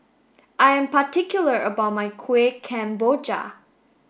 I am particular about my Kueh Kemboja